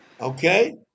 okay